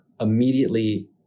immediately